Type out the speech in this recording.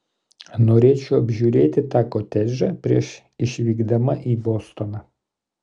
norėčiau apžiūrėti tą kotedžą prieš išvykdama į bostoną